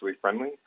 friendly